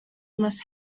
must